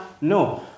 No